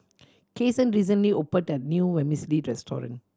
Cason recently opened a new Vermicelli restaurant